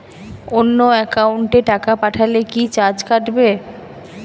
অন্য একাউন্টে টাকা পাঠালে কি চার্জ কাটবে?